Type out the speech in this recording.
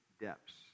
depths